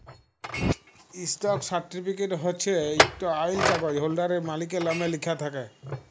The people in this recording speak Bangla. ইস্টক সার্টিফিকেট হছে ইকট আইল কাগ্যইজ হোল্ডারের, মালিকের লামে লিখ্যা থ্যাকে